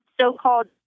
so-called